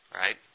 right